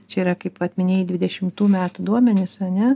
čia yra kaip vat minėjai dvidešimtų metų duomenys a ne